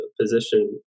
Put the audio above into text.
position